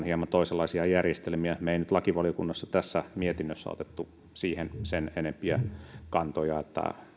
hieman toisenlaisia järjestelmiä me emme nyt lakivaliokunnassa tässä mietinnössä ottaneet siihen sen enempiä kantoja